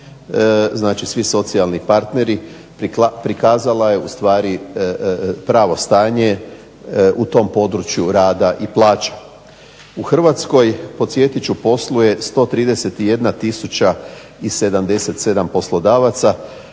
znači svi socijalni partneri prikazala je ustvari pravo stanje u tom području rada i plaća. U Hrvatskoj podsjetit ću posluje 131 tisuća 77 poslodavaca